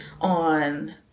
on